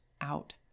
out